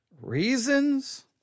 Reasons